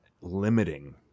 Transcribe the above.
limiting